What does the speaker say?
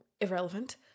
Irrelevant